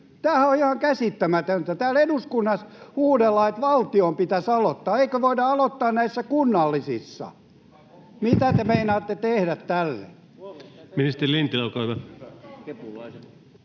Tämähän on ihan käsittämätöntä. Täällä eduskunnassa huudellaan, että valtion pitäisi aloittaa. Eikö voida aloittaa näissä kunnallisissa? Mitä te meinaatte tehdä tälle?